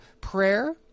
prayer